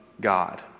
God